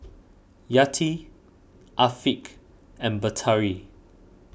Yati Afiq and Batari